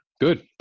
good